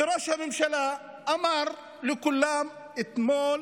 כי ראש הממשלה אמר לכולם אתמול